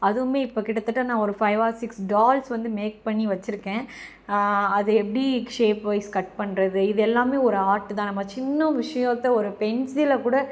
அதுவுமே இப்போ கிட்டத்தட்ட நான் ஒரு ஃபைவ் ஆர் சிக்ஸ் டால்ஸ் வந்து மேக் பண்ணி வச்சிருக்கேன் அதை எப்படி ஷேப் ஒய்ஸ் கட் பண்ணுறது இது எல்லாமே ஒரு ஆர்ட்டு தான் நம்ம சின்ன விஷயத்தை ஒரு பென்சிலை கூட